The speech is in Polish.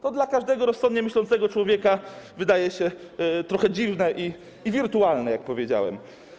To każdemu rozsądnie myślącemu człowiekowi wydaje się trochę dziwne i wirtualne, jak powiedziałem.